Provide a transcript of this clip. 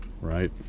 Right